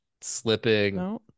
slipping